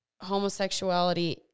homosexuality